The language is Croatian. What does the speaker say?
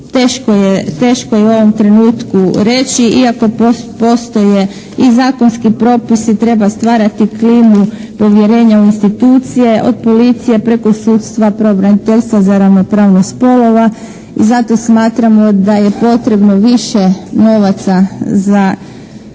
teško je u ovom trenutku reći iako postoje i zakonski propisi. Treba stvarati klimu povjerenja u institucije od policije preko sudstva, pravobraniteljstva za ravnopravnost spolova i zato smatramo da je potrebno više novaca za